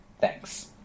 Thanks